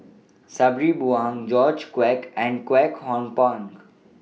Sabri Buang George Quek and Kwek Hong Png